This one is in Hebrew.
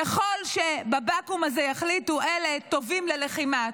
ככל שבבקו"ם הזה יחליטו: אלה טובים ללחימה,